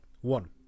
one